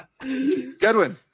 Goodwin